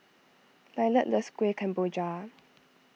Lillard loves Kuih Kemboja